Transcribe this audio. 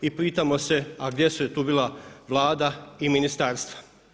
I pitamo se a gdje su tu bila Vlada i ministarstva?